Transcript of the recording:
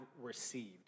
received